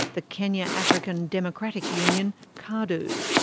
the kenya african democratic union, kadu.